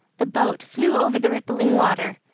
the boat flew over the rippling water.